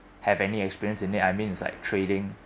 have any experience in it I mean it's like trading